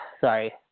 sorry